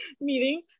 meeting